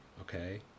okay